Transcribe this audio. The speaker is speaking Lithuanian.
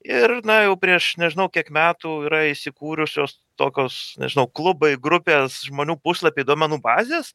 ir na jau prieš nežinau kiek metų yra įsikūrusios tokios nežinau klubai grupės žmonių puslapiai duomenų bazės